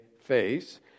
face